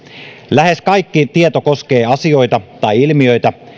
lähes kaikki tieto koskee asioita tai ilmiöitä